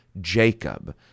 Jacob